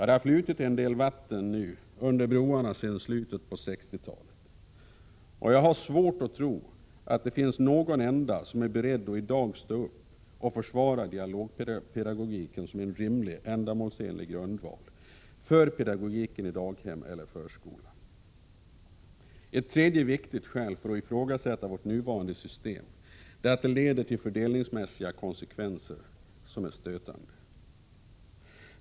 Det har flutit en hel del vatten under broarna sedan slutet av 1960-talet, och jag har svårt att tro att någon i dag är beredd att stå upp och försvara dialogpedagogiken som en rimlig och ändamålsenlig grundval för pedagogiken i daghem eller förskola. Ett tredje viktigt skäl för att ifrågasätta det nuvarande systemet är att det leder till fördelningsmässiga konsekvenser som är stötande.